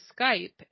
Skype